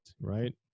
right